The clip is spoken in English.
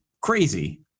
crazy